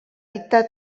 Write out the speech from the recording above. dita